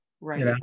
Right